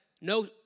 no